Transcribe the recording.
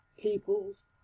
people's